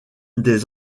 des